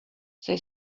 they